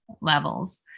levels